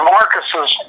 Marcus's